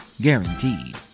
Guaranteed